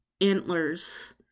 antlers